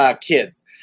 kids